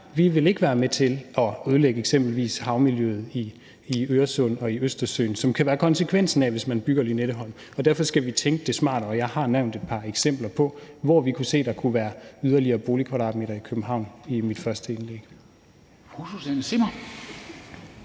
at vi ikke vil være med til at ødelægge eksempelvis havmiljøet i Øresund og i Østersøen, hvilket kan være konsekvensen af det, hvis man bygger Lynetteholm. Derfor skal vi tænke det smartere, og jeg har i mit første indlæg nævnt et par eksempler på, hvor vi kan se der kunne være yderligere boligkvadratmeter i København. Kl.